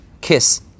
kiss